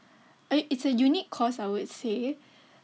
i~ it's a unique course I would say